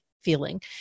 feeling